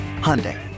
Hyundai